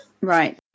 Right